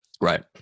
Right